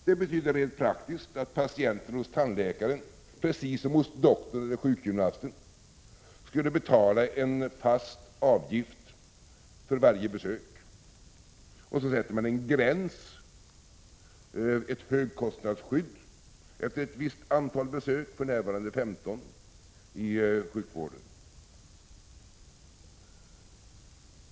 Det betyder rent praktiskt att patienten hos tandläkaren, precis som hos doktorn eller sjukgymnasten, skulle betala en fast avgift för varje besök. Så sätter man en gräns, ett högkostnadsskydd, efter ett visst antal besök — för närvarande 15 i sjukvården.